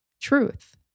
Truth